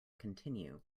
continue